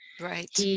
Right